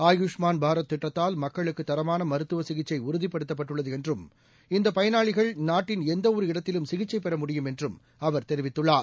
ஆயுஷ்மான் பாரத் திட்டத்தால் மக்களுக்கு தரமான மருத்துவ சிகிச்சை உறுதிப்படுத்தப்பட்டுள்ளது என்றும் இந்த பயனாளிகள் நாட்டின் எந்தவொரு இடத்திலும் சிகிச்சை பெற முடியும் என்றும் அவர் தெரிவித்துள்ளார்